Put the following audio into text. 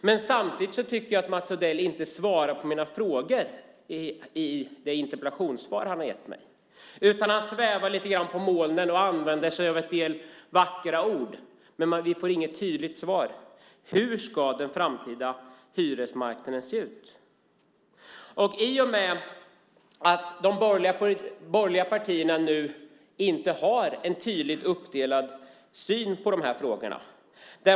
Men samtidigt tycker jag att Mats Odell inte svarar på mina frågor i det interpellationssvar han har gett mig. Han svävar lite grann på målet och använder sig av en del vackra ord, men vi får inget tydligt svar. Hur ska den framtida hyresmarknaden se ut? De borgerliga partierna har nu inte en tydligt uppdelad syn på de här frågorna.